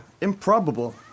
improbable